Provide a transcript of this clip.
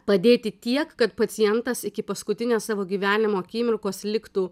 padėti tiek kad pacientas iki paskutinės savo gyvenimo akimirkos liktų